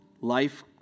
life